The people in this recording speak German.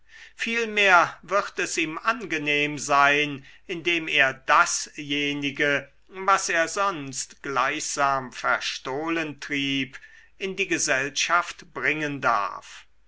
vielmehr wird es ihm angenehm sein indem er dasjenige was er sonst gleichsam verstohlen trieb in die gesellschaft bringen darf